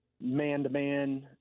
man-to-man